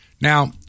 Now